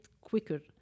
quicker